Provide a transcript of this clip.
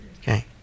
Okay